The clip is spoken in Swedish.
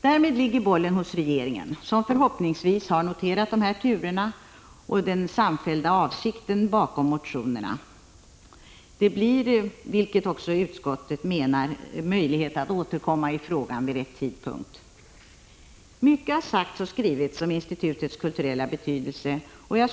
Därmed ligger bollen hos regeringen, som förhoppningsvis har noterat dessa turer och den samfällda avsikten bakom motionerna. Det kommer, vilket också utskottet menar, att finnas möjlighet att återkomma i frågan vid rätt tidpunkt. Mycket har sagts och skrivits om institutets kulturella betydelse.